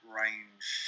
range